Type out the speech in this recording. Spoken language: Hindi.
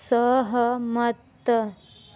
सहमत